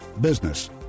business